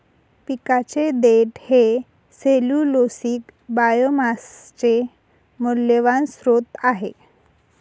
पिकाचे देठ हे सेल्यूलोसिक बायोमासचे मौल्यवान स्त्रोत आहे